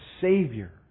Savior